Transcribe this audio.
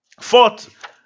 Fourth